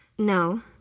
No